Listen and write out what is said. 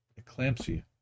eclampsia